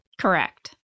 Correct